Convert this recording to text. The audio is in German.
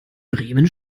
bremen